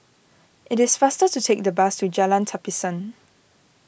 it is faster to take the bus to Jalan Tapisan